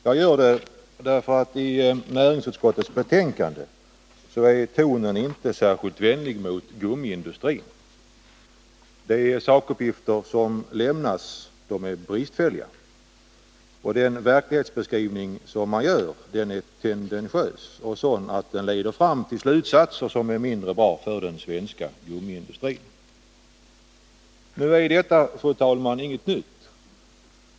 Jag gör det därför att i näringsutskottets betänkande är tonen inte särskilt vänlig mot gummiindustrin, de sakuppgifter som lämnas är bristfälliga och den verklighetsbeskrivning man gör är tendentiös och sådan att den leder fram till slutsatser som är mindre bra för den svenska gummiindustrin. Nu är detta inget nytt.